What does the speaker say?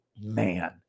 man